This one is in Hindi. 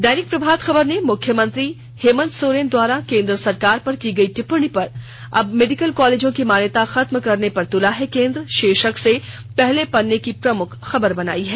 दैनिक प्रभात खबर ने मुख्यमंत्री हेमंत सोरेन द्वारा केन्द्र सरकार पर की गई टिप्पणी अब मेडिकल कॉलेजों की मान्यता खत्म करने पर तुला है केन्द्र शीर्षक से पहले पन्ने की प्रमुख खबर बनायी है